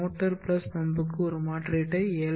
motor plus பம்புக்கு ஒரு மாற்றீட்டை 7